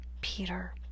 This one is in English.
Peter